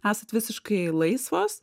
esat visiškai laisvos